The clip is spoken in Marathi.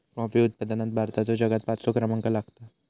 कॉफी उत्पादनात भारताचो जगात पाचवो क्रमांक लागता